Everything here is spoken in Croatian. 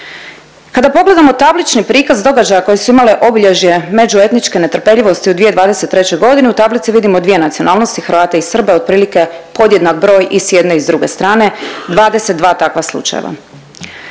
Kada pogledamo tablični prikaz događaja koji su imale obilježje međuetničke netrpeljivosti u 2023.g. u tablici vidimo dvije nacionalnosti Hrvate i Srbe otprilike podjednak broj i s jedne i s druge strane 22 takva slučajeva.